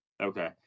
Okay